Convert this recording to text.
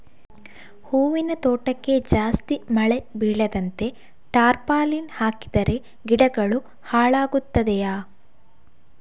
ಹೂವಿನ ತೋಟಕ್ಕೆ ಜಾಸ್ತಿ ಮಳೆ ಬೀಳದಂತೆ ಟಾರ್ಪಾಲಿನ್ ಹಾಕಿದರೆ ಗಿಡಗಳು ಹಾಳಾಗುತ್ತದೆಯಾ?